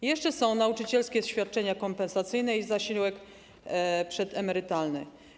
Są jeszcze nauczycielskie świadczenia kompensacyjne i zasiłek przedemerytalny.